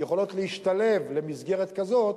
יכולות להשתלב במסגרת כזאת